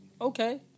Okay